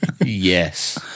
Yes